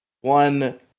one